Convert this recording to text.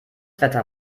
wetter